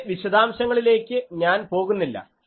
ഇതിൻറെ വിശദാംശങ്ങളിലേക്ക് ഞാൻ പോകുന്നില്ല